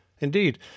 Indeed